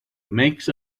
makes